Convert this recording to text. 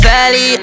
Valley